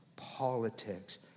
Politics